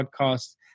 podcast